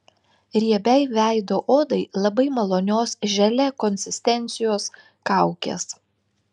riebiai veido odai labai malonios želė konsistencijos kaukės